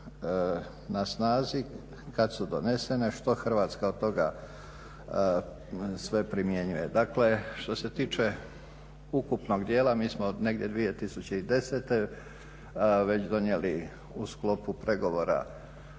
na snazi, kada su donesene, što Hrvatska od toga sve primjenjuje. Dakle što se tiče ukupnog dijela, mi smo negdje 2010.već donijeli u sklopu pregovora